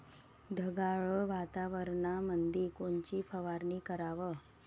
ढगाळ वातावरणामंदी कोनची फवारनी कराव?